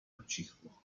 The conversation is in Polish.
ucichło